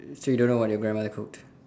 so you don't know what your grandmother cooked